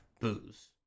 booze